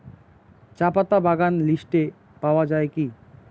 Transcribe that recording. চাপাতা বাগান লিস্টে পাওয়া যায় কি?